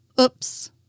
Oops